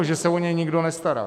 Že se o ně nikdo nestará.